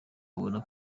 ubona